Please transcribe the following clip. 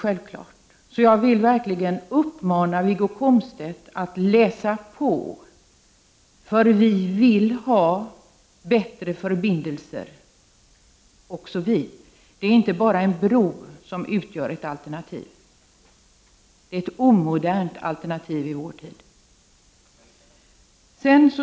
Jag vill uppmana Wiggo Komstedt att verkligen läsa på. Också vi vill ha bättre förbindelser. Det är inte bara en bro som kan utgöra ett alternativ. Det är ett omodernt alternativ i vår tid.